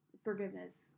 Forgiveness